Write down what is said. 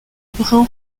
brun